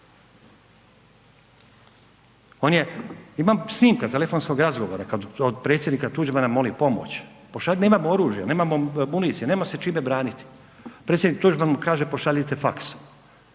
imam snimka, telefonskog razgovora od predsjednika Tuđmana moli pomoć, pošalji, nemamo oružja, nemamo municije, nema se čime braniti. Predsjednik Tuđman mu kaže pošaljite faks.